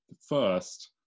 first